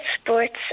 sports